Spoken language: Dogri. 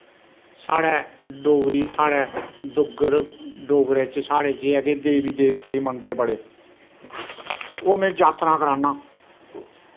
साढ़ै डोगरी साढ़ै डुग्गर डोगरें च साढ़े च एह् ऐ के देवी देवतें मनदे बड़े ओह् में जात्तरां कराना